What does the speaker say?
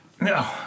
No